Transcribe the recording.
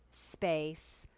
space